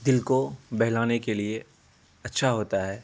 دل کو بہلانے کے لیے اچھا ہوتا ہے